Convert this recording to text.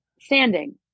standing